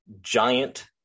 giant